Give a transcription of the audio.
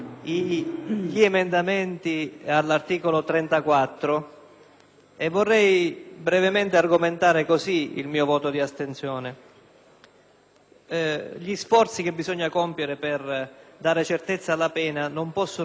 vorrei brevemente argomentare tale mia posizione. Gli sforzi che bisogna compiere per dare certezza alla pena non possono mai travalicare la dignità della persona.